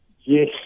Yes